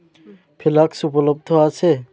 flakes উপলব্ধ আছে